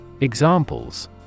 Examples